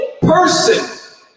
person